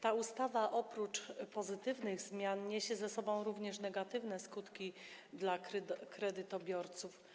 Ta ustawa oprócz pozytywnych zmian niesie ze sobą również negatywne skutki dla kredytobiorców.